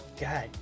God